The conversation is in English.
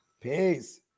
Peace